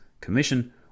Commission